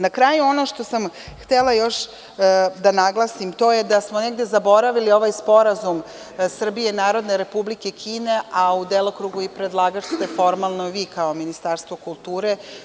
Na kraju ono što sam htela još da naglasim, to je da smo negde zaboravili ovaj sporazum Srbije i Narodne Republike Kine, a u delokrugu i predlagač se formalno vi kao Ministarstvo kulture.